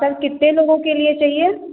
sir कितने लोगों के लिए चाहिए